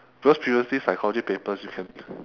because previously psychology papers you can